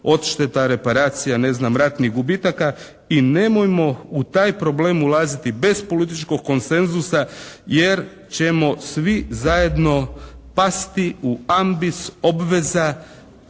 odšteta, reparacija, ne znam ratnih gubitaka i nemojmo u taj problem ulaziti bez političkog konsenzusa jer ćemo svi zajedno pasti u ambis obveza